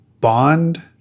bond